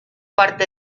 parte